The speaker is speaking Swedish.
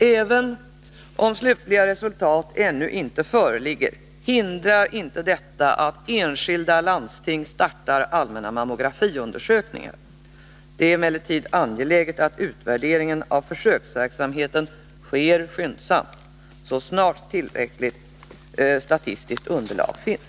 Även om slutliga resultat ännu inte föreligger, hindrar inte detta att enskilda landsting startar allmänna mammografiundersökningar. Det är emellertid angeläget att utvärderingen av försöksverksamheten sker skyndsamt så snart tillräckligt statistiskt underlag finns.